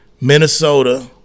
Minnesota